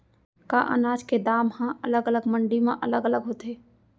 का अनाज के दाम हा अलग अलग मंडी म अलग अलग होथे?